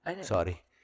Sorry